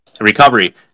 recovery